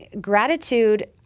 gratitude